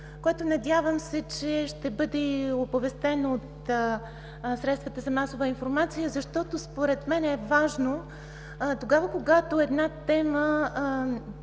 което надявам се, че ще бъде оповестено и от средствата за масова информация, защото според мен е важно тогава, когато една тема